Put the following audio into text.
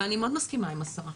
אבל אני מאוד מסכימה עם השרה.